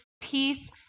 peace